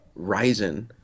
Ryzen